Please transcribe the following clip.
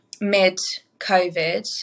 mid-Covid